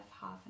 half